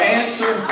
answer